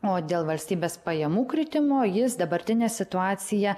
o dėl valstybės pajamų kritimo jis dabartinę situaciją